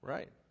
Right